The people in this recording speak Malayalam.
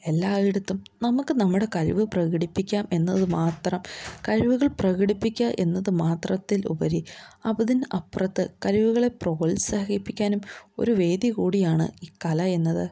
എല്ലായിടത്തും നമുക്ക് നമ്മുടെ കഴിവു പ്രകടിപ്പിക്കാം എന്നത് മാത്രം കഴിവുകൾ പ്രകടിപ്പിക്കാം എന്നതു മാത്രത്തിലുപരി അതിനു അപ്പുറത്ത് കഴിവുകളെ പ്രോത്സാഹിപ്പിക്കാനും ഒരു വേദി കൂടിയാണ് ഈ കല എന്നത്